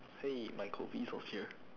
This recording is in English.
hey my was here